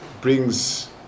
brings